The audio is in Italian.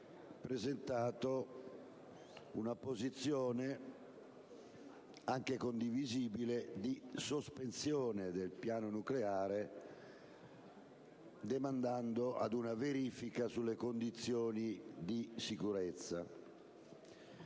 assunto una posizione, condivisibile, di sospensione del piano nucleare, demandando ad una verifica delle condizioni di sicurezza.